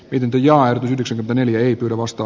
pitempi ja yhdeksän aneli ei pyydä vasta